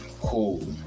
cool